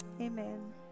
amen